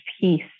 peace